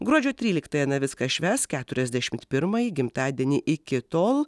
gruodžio tryliktąją navickas švęs keturiasdešimt pirmąjį gimtadienį iki tol